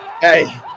Hey